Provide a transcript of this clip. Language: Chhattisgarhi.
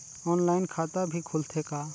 ऑनलाइन खाता भी खुलथे का?